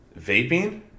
vaping